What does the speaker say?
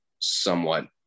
somewhat